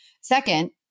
Second